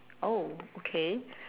oh okay